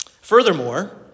Furthermore